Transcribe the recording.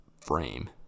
frame